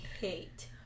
hate